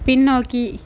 பின்னோக்கி